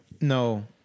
No